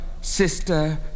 sister